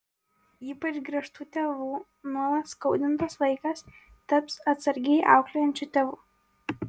ypač griežtų tėvų nuolat skaudintas vaikas taps atsargiai auklėjančiu tėvu